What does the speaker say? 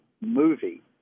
movie